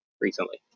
recently